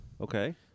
Okay